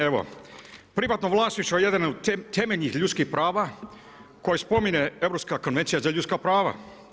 Evo, privatno vlasništvo, jedan je od temeljnih ljudski prava koja spominje Europska konvencija za ljudska prava.